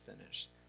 finished